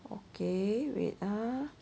okay wait ah